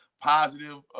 positive